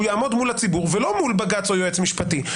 יעמוד מול הציבור ולא מול בג"ץ או יועץ משפטי,